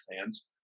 fans